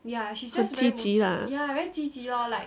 很积极 lah